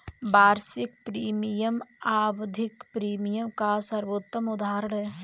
वार्षिक प्रीमियम आवधिक प्रीमियम का सर्वोत्तम उदहारण है